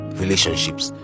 relationships